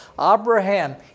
Abraham